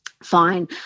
fine